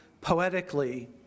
poetically